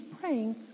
praying